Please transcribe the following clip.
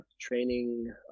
training